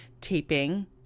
taping